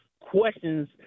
questions